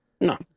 No